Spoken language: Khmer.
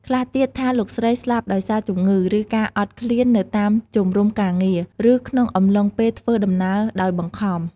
ខ្លះទៀតថា លោកស្រីស្លាប់ដោយសារជំងឺ ឬការអត់ឃ្លាននៅតាមជំរុំការងារ ឬក្នុងអំឡុងពេលធ្វើដំណើរដោយបង្ខំ។